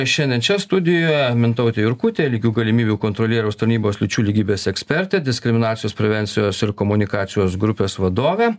šiandien čia studijoje mintautė jurkutė lygių galimybių kontrolieriaus tarnybos lyčių lygybės ekspertė diskriminacijos prevencijos ir komunikacijos grupės vadovė